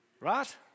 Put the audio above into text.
Right